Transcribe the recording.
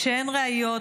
כשאין ראיות,